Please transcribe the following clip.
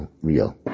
real